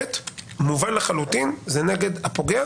נגררת מובן לחלוטין שזה נגד הפוגע,